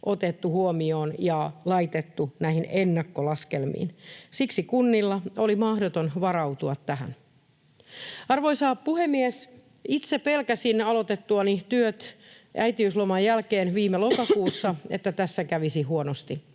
otettu huomioon ja laitettu näihin ennakkolaskelmiin. Siksi kuntien oli mahdoton varautua tähän. Arvoisa puhemies! Itse pelkäsin aloitettuani työt äitiysloman jälkeen viime lokakuussa, että tässä kävisi huonosti.